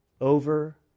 over